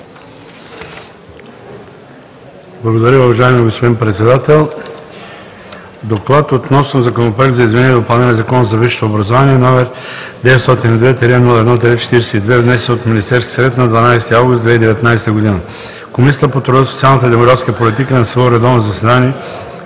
Благодаря, уважаеми господин Председател. „ДОКЛАД относно Законопроект за изменение и допълнение на Закона за висшето образование, № 902-01-42, внесен от Министерския съвет на 12 август 2019 г. Комисията по труда, социалната и демографската политика на свое редовно заседание,